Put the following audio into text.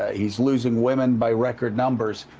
he's losing women by record numbers.